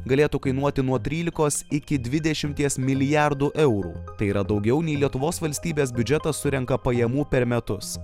galėtų kainuoti nuo tryliko iki dvidešimties milijardų eurų tai yra daugiau nei lietuvos valstybės biudžetas surenka pajamų per metus